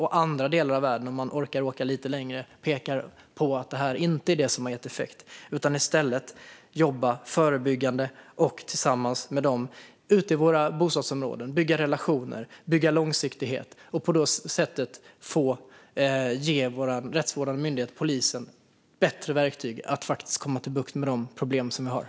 Om man orkar åka lite längre ser man i andra delar av världen att dessa inte har gett effekt utan att det gäller att jobba förebyggande och tillsammans i bostadsområden för att bygga relationer och långsiktighet och därigenom ge vår rättsvårdande myndighet polisen bättre verktyg att få bukt med problemen.